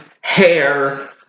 hair